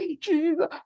Jesus